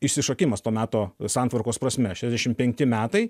išsišokimas to meto santvarkos prasme šešiasdešim penkti metai